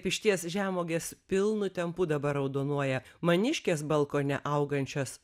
išties žemuogės pilnu tempu dabar raudonuoja maniškės balkone augančios